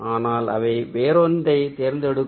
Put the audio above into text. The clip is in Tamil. ஆனால் அவை வேறொன்றை தேர்ந்தெடுக்கும்